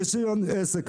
רישיון עסק,